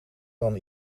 dan